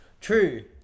True